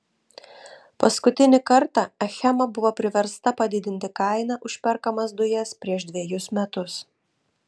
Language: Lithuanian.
paskutinį kartą achema buvo priversta padidinti kainą už perkamas dujas prieš dvejus metus